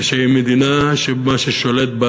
ושהיא מדינה שמה ששולט בה